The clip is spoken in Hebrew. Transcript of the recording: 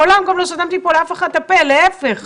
מעולם לא סתמתי לאף אחד את הפה, להפך,